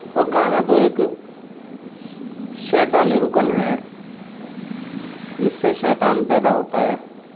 اور گانا تو ایک شیطانی رکن ہے اس سے شیطان پیدا ہوتا ہے